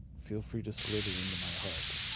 feel free to slither into my heart.